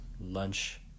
lunch